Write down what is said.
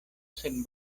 sen